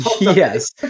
Yes